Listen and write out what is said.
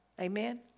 Amen